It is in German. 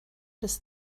des